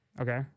Okay